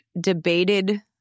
debated